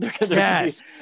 yes